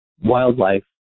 Wildlife